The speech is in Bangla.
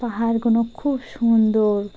পাহাড়গুলো খুব সুন্দর